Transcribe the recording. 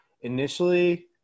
initially